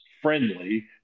friendly